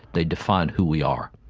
they define who we are.